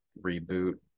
reboot